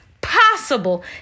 possible